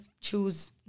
choose